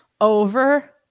over